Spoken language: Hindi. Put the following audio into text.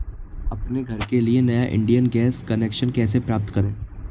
अपने घर के लिए नया इंडियन गैस कनेक्शन कैसे प्राप्त करें?